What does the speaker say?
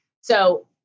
So-